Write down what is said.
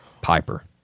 Piper